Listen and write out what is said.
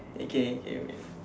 okay okay okay